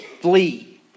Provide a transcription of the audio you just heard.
Flee